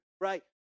right